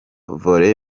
volley